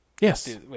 Yes